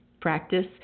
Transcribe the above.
practice